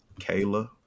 Kayla